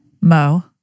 Mo